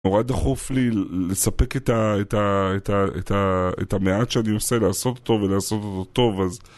נורא דחוף לי לספק את המעט שאני עושה לעשות אותו, ולעשות אותו טוב, אז...